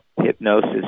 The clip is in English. hypnosis